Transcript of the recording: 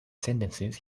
sentences